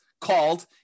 called